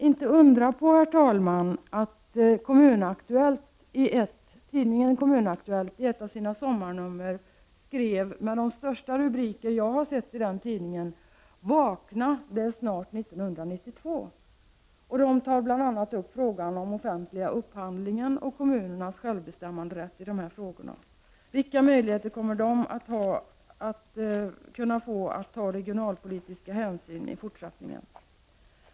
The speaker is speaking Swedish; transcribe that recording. Inte undra på, herr talman, att tidningen Kommun-Aktuellt i ett av sina sommarnummer skrev med de största rubriker jag har sett i den tidningen: ”Vakna, det är snart 1992!” Där togs bl.a. upp den offentliga upphandlingen och kommunernas självbestämmanderätt i de frågorna. Vilka möjligheter kommer kommunerna att ha att ta regionalpolitiska hänsyn i fortsättningen?